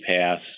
pass